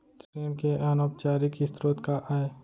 ऋण के अनौपचारिक स्रोत का आय?